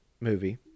movie